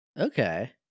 Okay